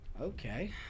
okay